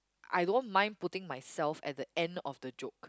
I don't mind putting myself at the end of the joke